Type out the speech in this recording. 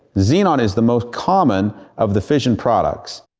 xenon is the most common of the fission products.